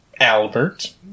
Albert